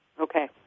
Okay